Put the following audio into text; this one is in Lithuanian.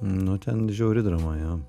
nu ten žiauri drama jo